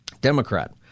Democrat